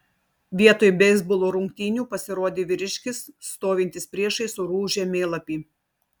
vietoj beisbolo rungtynių pasirodė vyriškis stovintis priešais orų žemėlapį